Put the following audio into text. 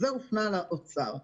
זה הופנה לאוצר.